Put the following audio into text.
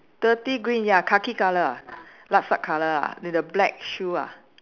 dirty green ya khaki colour ah lup sup colour ah then the black shoe ah